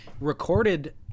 Recorded